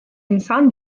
insan